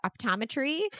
optometry